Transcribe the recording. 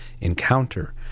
Encounter